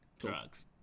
Drugs